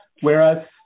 Whereas